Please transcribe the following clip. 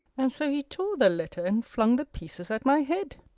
and so he tore the letter, and flung the pieces at my head.